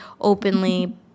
openly